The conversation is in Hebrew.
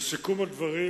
לסיכום הדברים,